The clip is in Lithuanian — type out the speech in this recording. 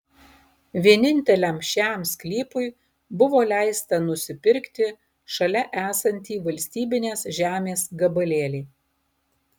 vieninteliam šiam sklypui buvo leista nusipirkti šalia esantį valstybinės žemės gabalėlį